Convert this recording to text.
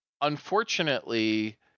unfortunately